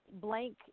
blank